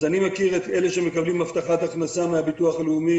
אז אני מכיר את אלה שמקבלים הבטחת הכנסה מהביטוח הלאומי